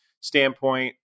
standpoint